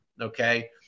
Okay